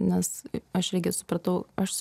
nes aš irgi supratau aš